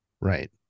Right